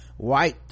white